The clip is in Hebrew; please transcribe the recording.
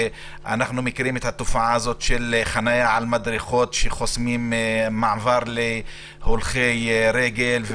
אנחנו מכירים את התופעה הזו של חנייה על מדרכות שחוסמים מעבר הולכי רגל,